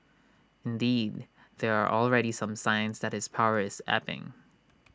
indeed there are already some signs that his power is ebbing